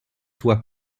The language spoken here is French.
toi